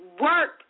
work